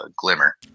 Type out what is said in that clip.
Glimmer